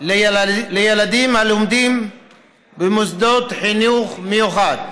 לילדים הלומדים במוסדות חינוך מיוחד.